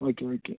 okay okay